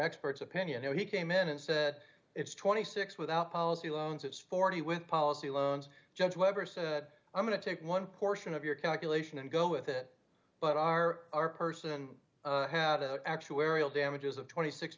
expert's opinion and he came in and said it's twenty six without policy loans it's forty with policy loans judge webber said i'm going to take one portion of your calculation and go with it but our our person had a actuarial damages of twenty six